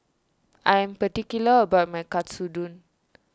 I am particular about my Katsudon